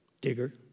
Digger